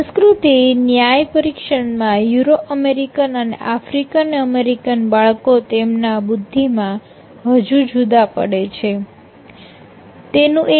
સંસ્કૃતિ ન્યાય પરીક્ષણ માં યુરો અમેરિકન અને આફ્રિકન અમેરિકન બાળકો તેમના બુદ્ધિમાં હજુ જુદા પડે છે